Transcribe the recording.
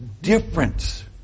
difference